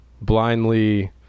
blindly